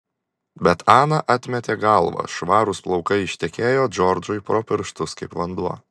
bet ana atmetė galvą švarūs plaukai ištekėjo džordžui pro pirštus kaip vanduo